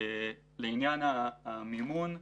לעניין המימון.